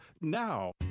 NOW